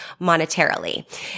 monetarily